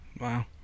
Wow